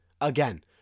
Again